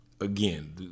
again